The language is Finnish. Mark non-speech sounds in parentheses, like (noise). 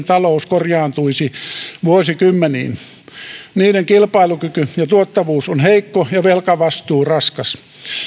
(unintelligible) talous korjaantuisi vuosikymmeniin niiden kilpailukyky ja tuottavuus on heikko ja velkavastuu raskas